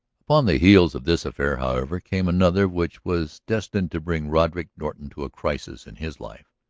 upon the heels of this affair, however, came another which was destined to bring roderick norton to a crisis in his life.